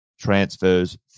transfers